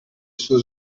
suo